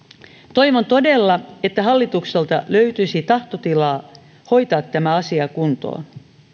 toivon todella että hallitukselta löytyisi tahtotilaa hoitaa tämä asia kuntoon